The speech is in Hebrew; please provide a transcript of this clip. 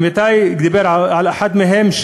עמיתי דיבר על אחד מהם,